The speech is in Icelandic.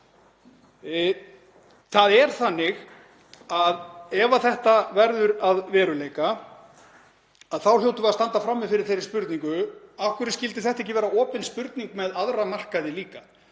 Íslandsbankasölunni. Ef þetta verður að veruleika þá hljótum við að standa frammi fyrir þeirri spurningu: Af hverju skyldi þetta ekki vera opin spurning með aðra markaði líka?